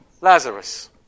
Lazarus